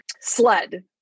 sled